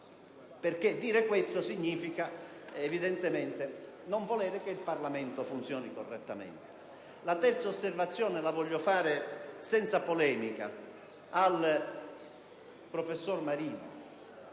Dire questo significa evidentemente non volere che il Parlamento funzioni correttamente. La terza osservazione la voglio fare, senza polemica, rivolgendomi al professor Marino,